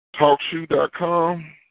TalkShoe.com